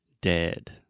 dead